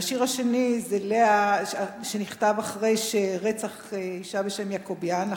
השיר השני נכתב אחרי רצח אשה בשם יעקובאן: